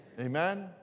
Amen